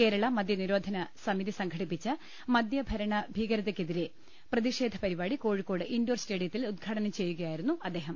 കേരള മദ്യനിരോധന സമിതി സംഘടിപ്പിച്ച മദ്യ ഭരണ ഭീകരതക്കെതിരെ പ്രതിഷേധ പരിപാടി കോഴിക്കോട് ഇൻഡോർ സ്റ്റേഡി യത്തിൽ ഉദ്ഘാടനം ചെയ്യുകയായിരുന്നു അദ്ദേഹം